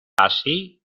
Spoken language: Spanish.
así